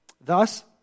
Thus